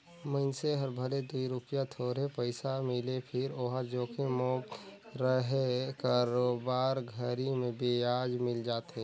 मइनसे हर भले दूई रूपिया थोरहे पइसा मिले फिर ओहर जोखिम मुक्त रहें बरोबर घरी मे बियाज मिल जाय